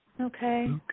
Okay